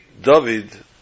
David